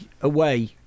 away